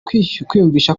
kwiyumvisha